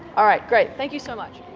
um great, thank you so much.